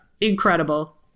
Incredible